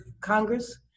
Congress